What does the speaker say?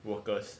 workers